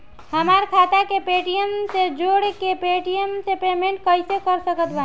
हमार खाता के पेटीएम से जोड़ के पेटीएम से पेमेंट कइसे कर सकत बानी?